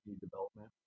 development